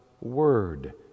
word